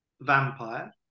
vampire